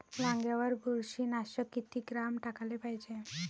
वांग्यावर बुरशी नाशक किती ग्राम टाकाले पायजे?